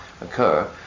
occur